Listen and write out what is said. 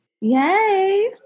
Yay